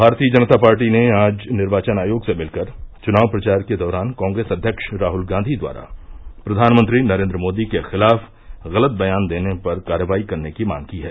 भारतीय जनता पार्टी ने आज निर्वाचन आयोग से मिलकर चुनाव प्रचार के दौरान कांग्रेस अध्यक्ष राहुल गांधी द्वारा प्रधानमंत्री नरेन्द्र मोदी के खिलाफ गलत बयान देने पर कार्रवाई करने की मांग की है